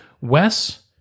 Wes